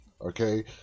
Okay